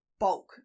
bulk